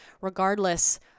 regardless